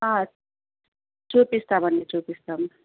చూపిస్తామండి చూపిస్తాము